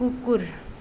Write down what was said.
कुकुर